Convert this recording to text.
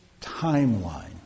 timeline